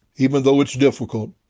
even though it's difficult,